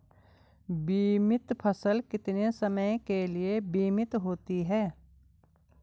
बीमित फसल कितने समय के लिए बीमित होती है?